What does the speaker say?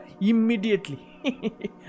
immediately